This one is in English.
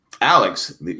Alex